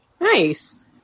Nice